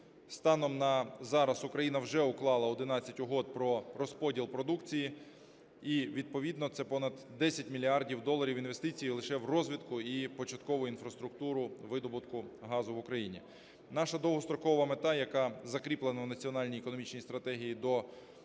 Станом на зараз Україна вже уклала 11 угод про розподіл продукції і відповідно це понад 10 мільярдів доларів інвестицій лише в розвиток і початкову інфраструктуру видобутку газу в Україні. Наша довгострокова мета, яка закріплена в національній економічній стратегії до 2030